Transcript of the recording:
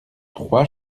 trois